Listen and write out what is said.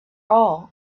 all